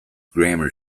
grammar